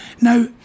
Now